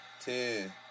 ten